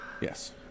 Yes